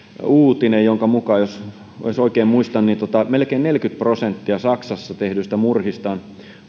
uutinen jonka mukaan jos oikein muistan melkein neljäkymmentä prosenttia saksassa tehdyistä murhista on